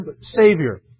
Savior